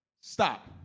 stop